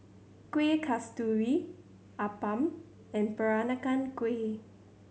Kueh Kasturi appam and Peranakan Kueh